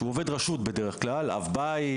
שהוא בדרך כלל עובד רשות, אב בית,